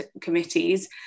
Committees